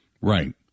Right